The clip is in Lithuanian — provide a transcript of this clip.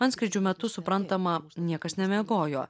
antskrydžių metu suprantama niekas nemiegojo